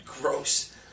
Gross